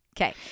Okay